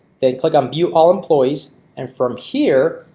then click on view all employees and from here,